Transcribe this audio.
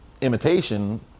imitation